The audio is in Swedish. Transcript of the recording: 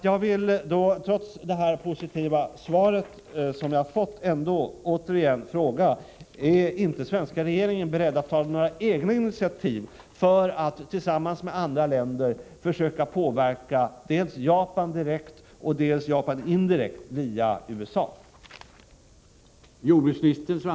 Jag vill alltså, trots det positiva svar som jag fått, ändå återigen fråga: Är den svenska regeringen beredd att ta några egna initiativ för att tillsammans med andra länder försöka påverka dels Japan direkt, dels Japan indirekt via USA?